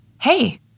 Hey